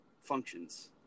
functions